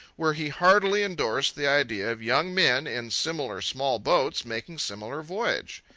where he heartily indorsed the idea of young men, in similar small boats, making similar voyage.